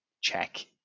check